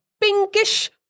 pinkish